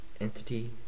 Entity